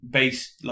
based